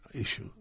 issue